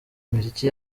imiziki